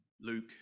Luke